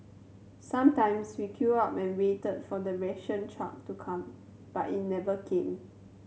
sometimes we queued up and waited for the ration truck to come but it never came